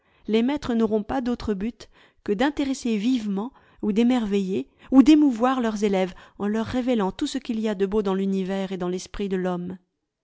les maîtres n'auront pas d'autre but que d'intéresser vivement ou d'émerveiller ou d'émouvoir leurs élèves en leur révélant tout ce qu'il y a de beau dans l'univers et dans l'esprit de fhomme